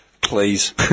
Please